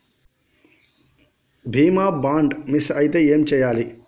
బీమా bond miss అయితే ఏం చేయాలి?